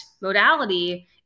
modality